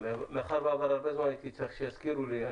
מאחר שעבר הרבה זמן הייתי צריך שיזכירו לי.